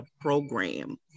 program